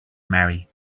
marry